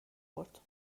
برد